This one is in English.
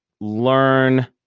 learn